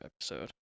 episode